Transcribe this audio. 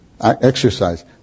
exercise